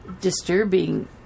disturbing